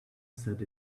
set